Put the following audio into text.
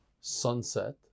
sunset